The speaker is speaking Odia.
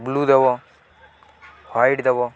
ବ୍ଲୁ ଦେବ ହ୍ୱାଇଟ୍ ଦେବ